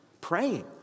praying